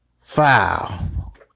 foul